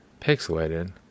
Pixelated